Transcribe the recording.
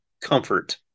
comfort